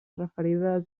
referida